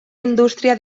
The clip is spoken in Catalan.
indústria